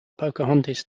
pocahontas